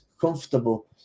comfortable